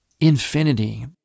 infinity